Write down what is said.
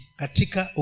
katika